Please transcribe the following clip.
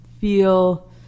feel